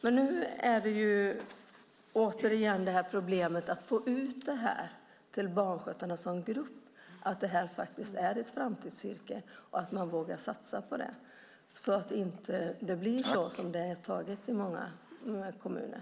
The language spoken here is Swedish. Men återigen har vi problemet att få ut till barnskötarna som grupp att detta faktiskt är ett framtidsyrke så att man vågar satsa på det och så att det inte blir som det beslutats i många kommuner.